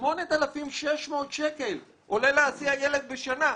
8,600 שקל עולה להסיע ילד בשנה.